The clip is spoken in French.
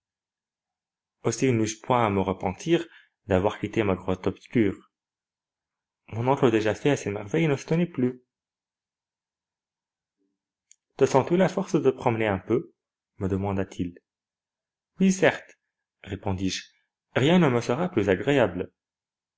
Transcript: aussi neus je point à me repentir d'avoir quitté ma grotte obscure mon oncle déjà fait à ces merveilles ne s'étonnait plus te sens-tu la force de te promener un peu me demanda-t-il oui certes répondis-je et rien ne me sera plus agréable